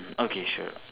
okay sure